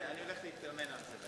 כן, אני הולך להתאמן על זה ואני בא.